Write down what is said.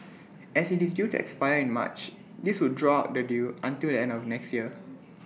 as IT is due to expire in March this would draw the deal until the end of next year